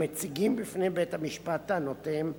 המציגים בפני בית-המשפט טענותיהם,